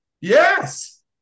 Yes